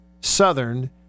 Southern